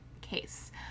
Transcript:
case